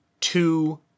two